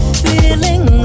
feeling